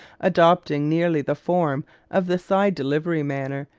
adopting nearly the form of the side delivery manner,